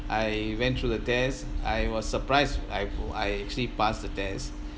I went through the test I was surprised I fo~ I actually passed the test